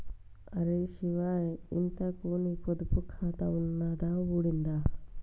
అరే శివా, ఇంతకూ నీ పొదుపు ఖాతా ఉన్నదా ఊడిందా